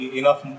enough